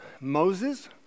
Moses